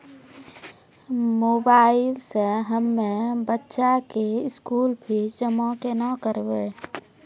Mobile से हम्मय बच्चा के स्कूल फीस जमा केना करबै?